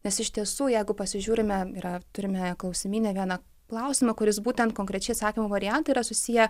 nes iš tiesų jeigu pasižiūrime yra turime klausimyne vieną klausimą kuris būtent konkrečiai atsakymų variantai yra susiję